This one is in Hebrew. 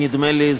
נדמה לי,